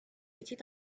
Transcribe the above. était